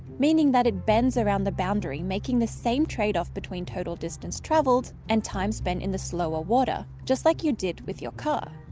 meaning that it bends around the boundary making the same trade off between total distance traveled and time spent in the slower water, just like you did with your car.